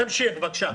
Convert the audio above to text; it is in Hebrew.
תמשיך, בבקשה.